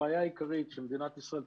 הבעיה העיקרית של מדינת ישראל,